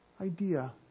idea